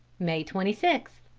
may twenty sixth.